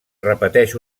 repeteix